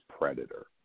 predator